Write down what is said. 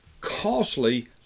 costly